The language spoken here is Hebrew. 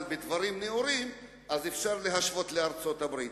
אבל בדברים נאורים, אז אפשר להשוות לארצות-הברית.